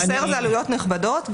מוסר זה עלויות נכבדות.